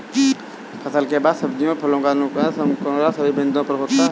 फसल के बाद सब्जियों फलों का नुकसान मूल्य श्रृंखला के सभी बिंदुओं पर होता है